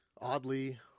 oddly